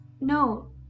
No